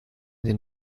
den